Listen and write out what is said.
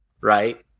right